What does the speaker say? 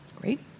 Great